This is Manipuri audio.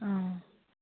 ꯑꯥ